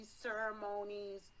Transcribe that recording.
ceremonies